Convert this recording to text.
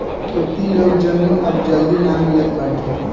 खेती योग्य जमीन अब जल्दी ना मिलत बाटे